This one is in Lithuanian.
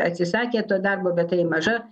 atsisakė to darbo bet tai maža